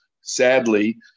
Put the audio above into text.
Sadly